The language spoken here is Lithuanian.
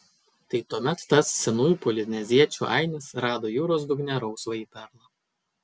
tai tuomet tas senųjų polineziečių ainis rado jūros dugne rausvąjį perlą